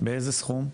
באיזה סכום?